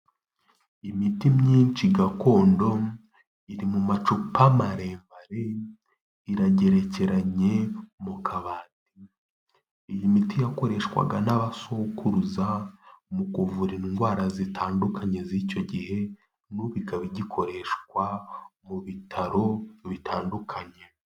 Imiti myinshi gakondo iri mu macupa maremare iragerekeranye mu kabati, iyi miti yakoreshwaga n'abasokuruza mu kuvura indwara zitandukanye z'icyo gihe, n'ubu ikaba igikoreshwa mu bitaro bitandukanye.